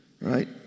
right